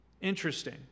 Interesting